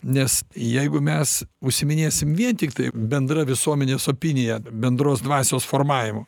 nes jeigu mes užsiiminėsim vien tiktai bendra visuomenės opinija bendros dvasios formavimu